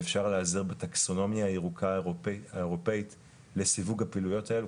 ואפשר להיעזר בטקסונומיה הירוקה האירופאית לסיווג הפעילויות האלו,